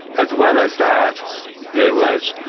as well as that there was,